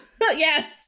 Yes